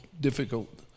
difficult